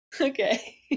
Okay